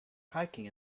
hiking